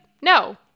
No